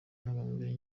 ntungamubiri